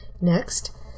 Next